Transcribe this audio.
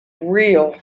real